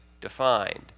defined